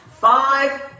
Five